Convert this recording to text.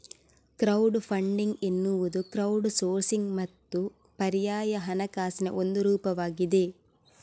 crowd funding ಎನ್ನುವುದು crowd sourcing ಮತ್ತು ಪರ್ಯಾಯ ಹಣಕಾಸಿನ ಒಂದು ರೂಪವಾಗಿದೆ